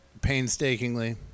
painstakingly